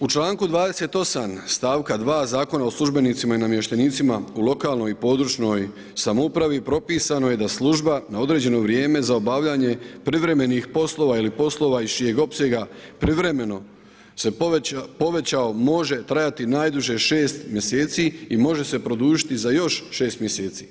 U članku 28. stavka 2. Zakona o službenicima i namještenicima u lokalnoj i područnoj samoupravi propisano je da služba na određeno vrijeme za obavljanje privremenih poslova ili poslova iz čijeg opsega privremeno se povećao može trajati najduže 6 mjeseci i može se produžiti za još 6 mjeseci.